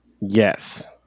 Yes